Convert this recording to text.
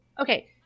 okay